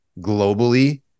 globally